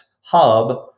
hub